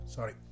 Sorry